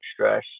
stress